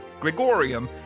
Gregorium